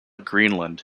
greenland